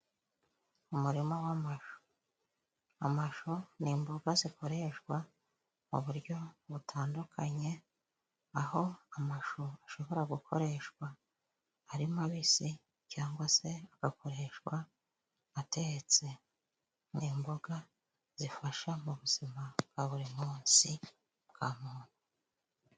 Umurima wamashu ni imboga zikoreshwa mu buryo butandukanye, aho amashu ashobora gukoreshwa harimo, abisi cyangwa se agakoreshwa atetse nimboga zifasha mu buzima bwa buri munsi bwa muntu.